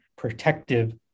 protective